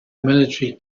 military